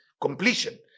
completion